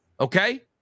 okay